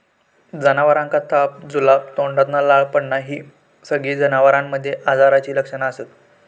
जनावरांका ताप, जुलाब, तोंडातना लाळ पडना हि सगळी जनावरांमध्ये आजाराची लक्षणा असत